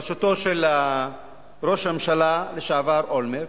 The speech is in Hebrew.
בראשותו של ראש הממשלה אולמרט